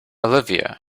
olivia